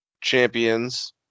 champions